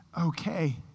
okay